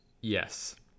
Yes